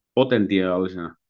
potentiaalisena